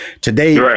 Today